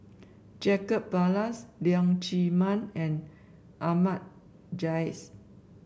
Jacob Ballas Leong Chee Mun and Ahmad Jais